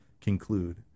conclude